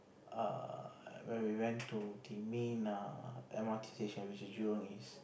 err when we went to the main err m_r_t station which is Jurong East